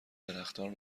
درختان